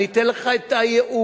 אני אתן לך את הייעוץ,